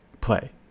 play